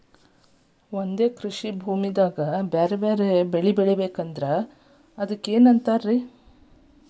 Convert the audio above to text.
ಒಂದೇ ಕೃಷಿ ಭೂಮಿದಾಗ ಒಂದಕ್ಕಿಂತ ಭಾಳ ಬೆಳೆಗಳನ್ನ ಬೆಳೆಯುವುದಕ್ಕ ಏನಂತ ಕರಿತಾರೇ?